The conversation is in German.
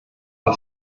hat